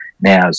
now